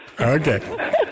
Okay